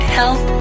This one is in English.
help